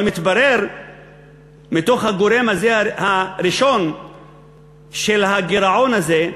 אבל מתברר מתוך הגורם הראשון של הגירעון הזה,